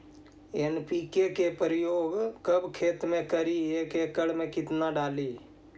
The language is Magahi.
एन.पी.के प्रयोग कब खेत मे करि एक एकड़ मे कितना डाली?